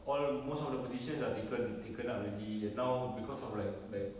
all most of the position are taken taken up already and now because like like